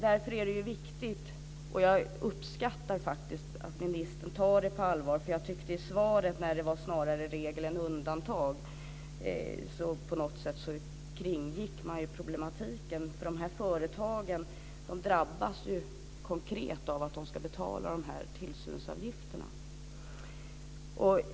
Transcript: Därför är det viktigt, och jag uppskattar det faktiskt, att ministern tar problemet på allvar, för jag tycker att det i svaret var snarare regel än undantag att problematiken kringgicks. Dessa företag drabbas ju konkret av att de ska betala de här tillsynsavgifterna.